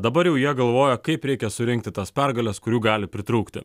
dabar jau jie galvoja kaip reikia surinkti tas pergales kurių gali pritrūkti